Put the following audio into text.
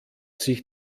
sich